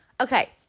okay